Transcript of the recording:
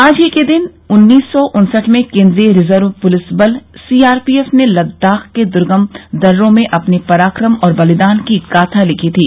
आज ही के दिन उन्नीस सौ उन्सठ में केंद्रीय रिजर्व पुलिस बल सीआरपीएफ ने लद्दाख के दुर्गम दर्रों में अपने पराक्रम और बलिदान की गाथा लिखी थी